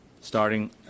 starting